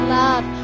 love